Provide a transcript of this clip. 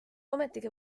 ometigi